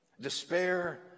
despair